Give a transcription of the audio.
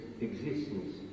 existence